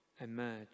emerge